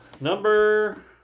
Number